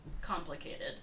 complicated